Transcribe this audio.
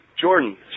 Jordan